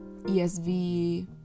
ESV